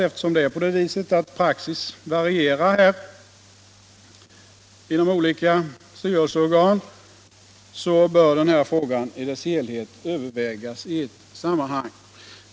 Eftersom praxis varierar mellan olika styrelseorgan har utskottet ansett att den här frågan i dess helhet bör övervägas i ett sammanhang.